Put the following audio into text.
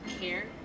care